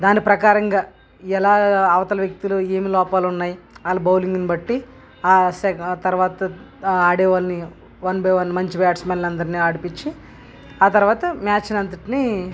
దాని ప్రకారంగా ఎలా అవతలి వ్యక్తిలో ఏం లోపాలున్నాయి వాళ్ళ బౌలింగుని బట్టి తరువాత ఆడేవాళ్ళని వన్ బై వన్ మంచి బ్యాట్స్మెన్ అందరిని ఆడించి ఆ తరువాత మ్యాచ్ మ్యాచ్ అంతటిని